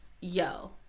yo